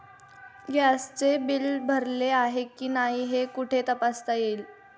गॅसचे बिल भरले आहे की नाही हे कुठे तपासता येईल?